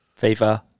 FIFA